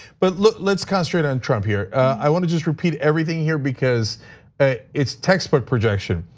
but let's concentrate on trump here. i wanna just repeat everything here because it's textbook projection.